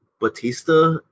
Batista